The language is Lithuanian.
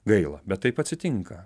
gaila bet taip atsitinka